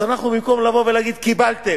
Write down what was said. אז אנחנו, במקום לבוא ולהגיד: קיבלתם,